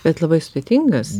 bet labai sudėtingas